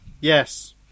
Yes